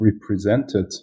represented